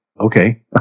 okay